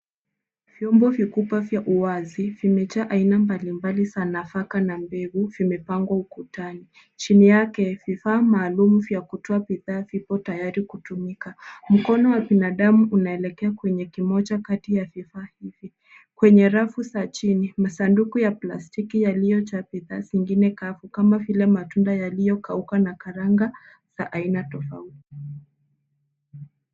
Vyombo vikubwa vya uwazi vimejaa aina mbalimbali za nafaka na mbegu vimepangwa ukutani. Chini yake vifaa maalum vya kutoa bidhaa vipo tayari kutumika. Mkono wa binadamu unaelekea kwenye kimoja kati ya vifaa hivi. Kwenye rafu za chini masanduku ya plastiki yaliyojaa bidhaa zingine kavu kama vile matunda yaliyokauka na karanga aina tofauti.